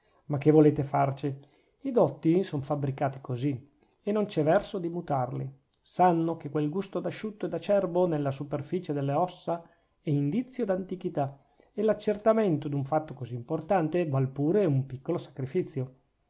ma che volete farci i dotti son fabbricati così e non c'è verso di mutarli sanno che quel gusto d'asciutto ed acerbo nella superficie delle ossa è indizio d'antichità e l'accertamento d'un fatto così importante val pure un piccolo sacrifizio